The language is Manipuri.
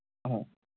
ꯑꯍꯣꯏ